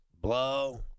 blow